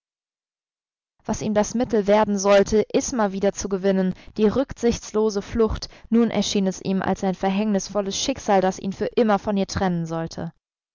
was ihm das mittel werden sollte isma wiederzugewinnen die rücksichtslose flucht nun erschien es ihm als ein verhängnisvolles schicksal das ihn für immer von ihr trennen sollte